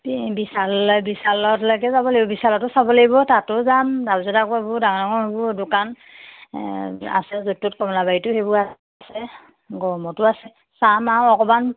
বিশালে বিশাললৈকে যাব লাগিব বিশালতো চাব লাগিব তাতো যাম তাৰপাছত আৰু ডাঙৰ ডাঙৰ কৰিব ডাঙৰ ডাঙৰ হ'ব দোকান আছে য'ত ত'ত কমলাবাৰীটো সেইবোৰ আছে গড়মূৰতো আছে চাম আৰু অকমান